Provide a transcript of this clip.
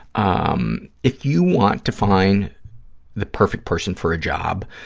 um if you want to find the perfect person for a job,